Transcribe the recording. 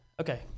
okay